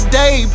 day